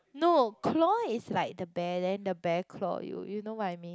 no claw is like the bear then the bear claw you you know what I mean